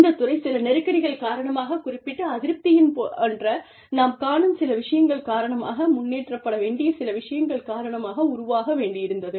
இந்த துறை சில நெருக்கடிகள் காரணமாக குறிப்பிட்ட அதிருப்தியின் போன்ற நாம் காணும் சில விஷயங்கள் காரணமாக முன்னேற்றப்பட வேண்டிய சில விஷயங்கள் காரணமாக உருவாக வேண்டியிருந்தது